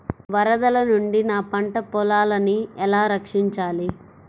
వరదల నుండి నా పంట పొలాలని ఎలా రక్షించాలి?